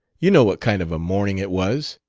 you know what kind of a morning it was.